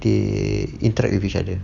they interact with each other